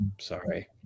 sorry